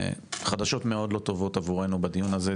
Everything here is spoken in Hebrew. חדשות מאוד לא טובות עבורנו בדיון הזה,